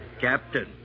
Captain